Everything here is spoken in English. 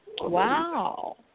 Wow